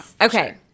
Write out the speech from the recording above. okay